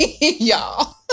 y'all